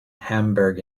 hamburg